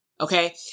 okay